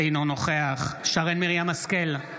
אינו נוכח שרן מרים השכל,